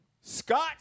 Scott